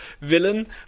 villain